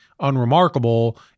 unremarkable